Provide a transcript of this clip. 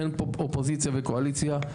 אין פה אופוזיציה וקואליציה,